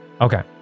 Okay